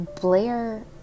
Blair